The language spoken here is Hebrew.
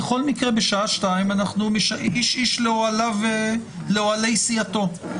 בכל מקרה בשעה 14:00 - איש איש לאוהלי סיעתו.